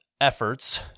Efforts